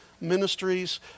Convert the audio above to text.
Ministries